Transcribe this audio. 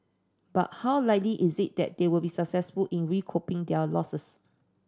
but how likely is it that they will be successful in recouping their losses